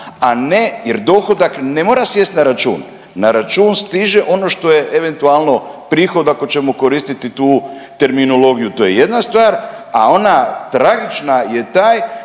a ne, jer dohodak ne mora sjesti na račun, na račun stiže ono što je eventualno prihod ako ćemo koristiti tu terminologiju. To je jedna stvar. A ona tragična je taj